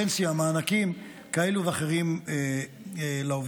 פנסיה, מענקים כאלה ואחרים לעובדים.